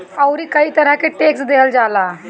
अउरी कई तरह के टेक्स देहल जाला